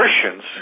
Christians